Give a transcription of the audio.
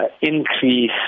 Increase